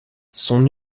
son